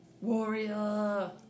Warrior